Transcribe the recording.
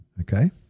okay